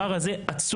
הפער הזה עצום.